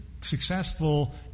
successful